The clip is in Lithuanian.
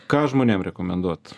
ką žmonėm rekomenduot